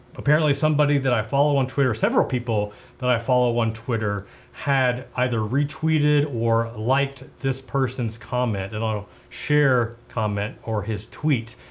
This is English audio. apparently somebody that i follow on twitter, several people that i follow on twitter had either retweeted or liked this person's comment and i'll share comment or his tweet,